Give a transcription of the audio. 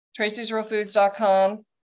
tracysrealfoods.com